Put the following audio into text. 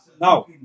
No